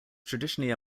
traditionally